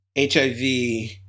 HIV